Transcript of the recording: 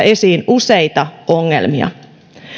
esiin useita ongelmia